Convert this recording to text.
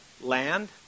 land